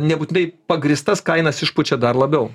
nebūtinai pagrįstas kainas išpučia dar labiau